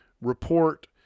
report